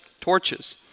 torches